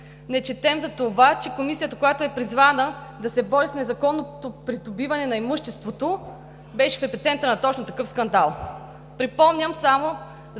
Не четем за това, че Комисията, която е призвана да се бори с незаконното придобиване на имуществото, беше в епицентъра на точно такъв скандал. Припомням само за